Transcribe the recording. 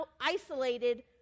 isolated